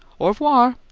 au voir!